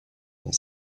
dans